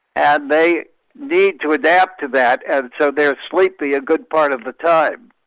and they need to adapt to that and so they are sleeping a ah good part of the time.